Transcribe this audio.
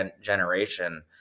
generation